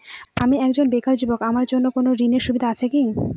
আমি একজন বেকার যুবক আমার জন্য কোন ঋণের সুবিধা আছে কি?